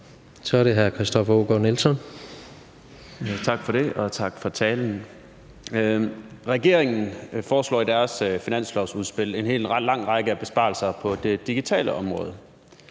Kl. 15:38 Christoffer Aagaard Melson (V): Tak for det, og tak for talen. Regeringen foreslår i deres finanslovsudspil en lang række af besparelser på det digitale område.